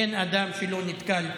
אין אדם שלא נתקל בהם.